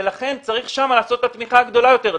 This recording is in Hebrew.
ולכן צריך שם לעשות את התמיכה הגדולה יותר.